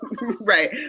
Right